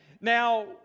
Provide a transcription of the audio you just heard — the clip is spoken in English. Now